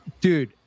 Dude